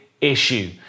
issue